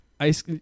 Ice